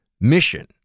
mission